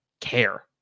care